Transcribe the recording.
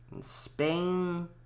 Spain